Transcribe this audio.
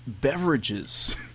beverages